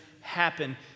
happen